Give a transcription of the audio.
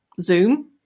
Zoom